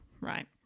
right